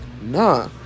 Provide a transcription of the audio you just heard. Nah